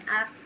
up